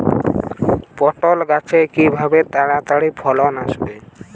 পটল গাছে কিভাবে তাড়াতাড়ি ফলন আসবে?